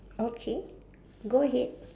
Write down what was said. okay go ahead